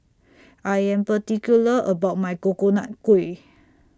I Am particular about My Coconut Kuih